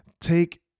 take